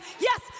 Yes